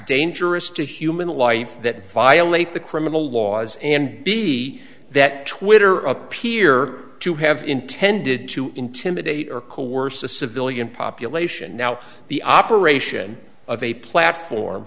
dangerous to human life that violate the criminal laws and be that twitter appear to have intended to intimidate or coerce a civilian population now the operation of a platform